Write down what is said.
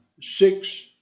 six